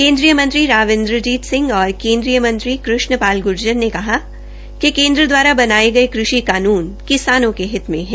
केन्द्रीय मंत्री राव इंद्रजीत सिंह और केन्द्रीय मंत्री कृष्ण पाल ग्र्जर ने कहा है कि केन्द्र द्वारा बनाये कृषि कानून किसानों के हित में है